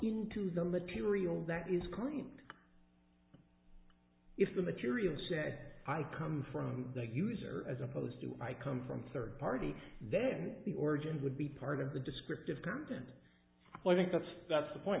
into the material that is current if the material said i come from the user as opposed to i come from third party then the origins would be part of the descriptive content so i think that's that's the point